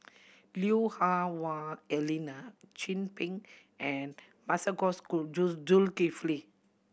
Lui Hah Wah Elena Chin Peng and Masagos Zulkifli